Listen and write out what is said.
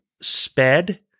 sped